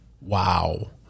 Wow